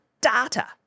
data